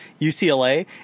UCLA